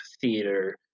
theater